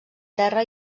terra